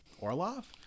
Orlov